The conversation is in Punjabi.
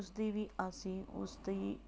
ਉਸ ਦੀ ਵੀ ਅਸੀਂ ਉਸਦੀ